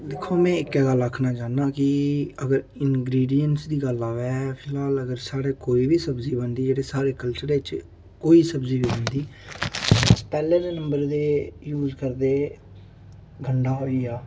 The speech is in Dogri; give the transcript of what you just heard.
दिक्खो में इक गल्ल आक्खना चाहन्नां कि अगर इंग्रीडिएंट्स दी गल्ल आवै फिलहाल अगर साढ़े कोई बी सब्जी बनदी जेह्ड़ी साढ़े कल्चरे च कोई सब्ज़ी बनदी पैह्ले दे नंबर ते यूज़ करदे गंडा होई आ